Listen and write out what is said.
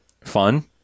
fun